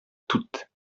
toutes